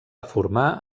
formar